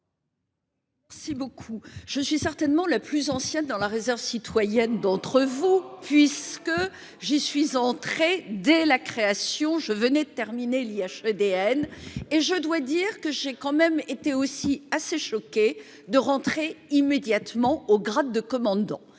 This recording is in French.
Si beaucoup, je suis certainement le plus ancien dans la réserve citoyenne d'entre vous, puisque j'y suis entré dès la création, je venais de terminer Liège DN. Et je dois dire que j'ai quand même été aussi assez choqué de rentrer immédiatement au grade de commandant